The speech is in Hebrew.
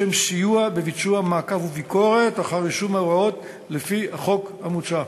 לשם סיוע בביצוע מעקב וביקורת אחר יישום ההוראות לפי החוק המוצע.